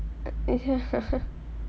ya